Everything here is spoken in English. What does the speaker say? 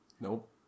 Nope